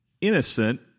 innocent